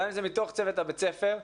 גם אם זה מצוות בית הספר,